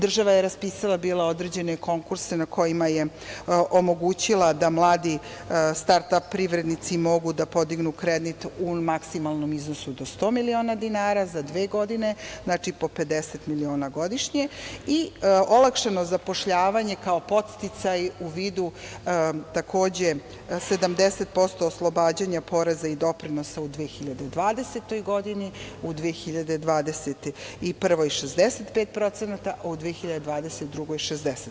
Država je raspisala bila određene konkurse na kojima je omogućila da mladi start ap privrednici mogu da podignu kredit u maksimalnom iznosu do 100 miliona dinara za dve godine, znači po 50 miliona godišnje i olakšano zapošljavanje kao podsticaj u vidu takođe 70% oslobađanja poreza i doprinosa u 2020. godini, u 2021. 65% a u 2022. 60%